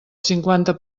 cinquanta